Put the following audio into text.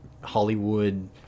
Hollywood